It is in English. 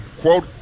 quote